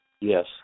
Yes